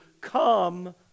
come